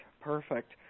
perfect